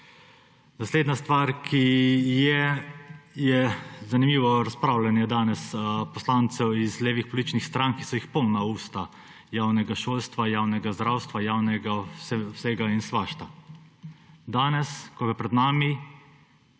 Naslednja stvar, zanimivo je razpravljanje danes poslancev levih političnih strank, ki so jih polna usta javnega šolstva, javnega zdravstva, javnega vsega in svašta. Danes, ko pa je pred nami